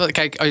kijk